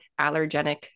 allergenic